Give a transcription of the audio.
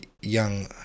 young